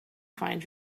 find